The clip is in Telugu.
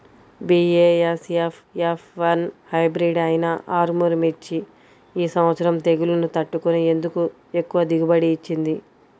బీ.ఏ.ఎస్.ఎఫ్ ఎఫ్ వన్ హైబ్రిడ్ అయినా ఆర్ముర్ మిర్చి ఈ సంవత్సరం తెగుళ్లును తట్టుకొని ఎందుకు ఎక్కువ దిగుబడి ఇచ్చింది?